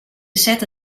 sette